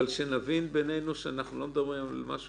אבל שנבין בינינו שאנחנו לא מדברים על משהו